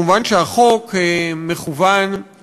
מובן שהחוק מכוון,